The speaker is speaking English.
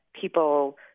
people